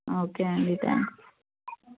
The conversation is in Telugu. ఓకే అండి థ్యాంక్ యూ